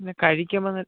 പിന്നെ കഴിക്കുമ്പം നല്ല